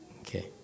Okay